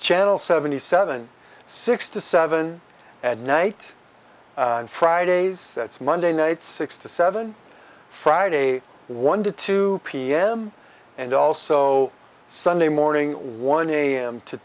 channel seventy seven six to seven at night on fridays that's monday night six to seven friday one to two pm and also sunday morning one am to